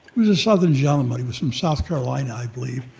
was a southern gentleman. he was from south carolina, i believe.